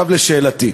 עכשיו לשאלתי.